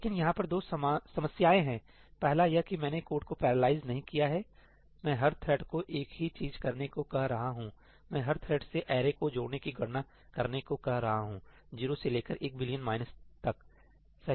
लेकिन यहां पर दो समस्याएं है पहला यह कि मैंने कोड को पैरालाइज नहीं किया है मै हर थ्रेड् को एक ही चीज करने को कह रहा हूं मै हर थ्रेड् से अरे का जोड़ की गणना करने को कह रहा हूं 0 से लेकर 1 बिलियन माईनस एक तक सही है